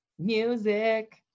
Music